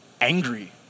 angry